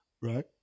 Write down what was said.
right